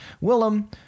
Willem